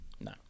no